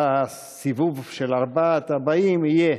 הסיבוב של ארבעת הבאים יהיה: